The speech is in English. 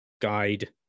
guide